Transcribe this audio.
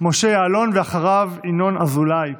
משה יעלון, ואחריו, ינון אזולאי,